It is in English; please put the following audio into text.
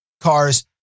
cars